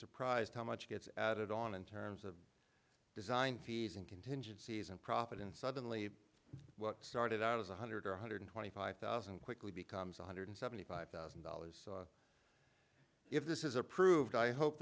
surprised how much gets added on in terms of design fees and contingencies and profit and suddenly what started out as one hundred or one hundred twenty five thousand quickly becomes one hundred seventy five thousand dollars so if this is approved i hope